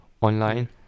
online